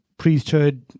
Priesthood